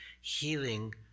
healing